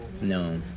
No